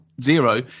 Zero